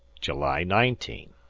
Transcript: july nineteen.